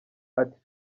ati